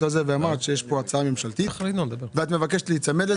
ואמרת שיש פה הצעה ממשלתית ואת מבקשת להיצמד לה,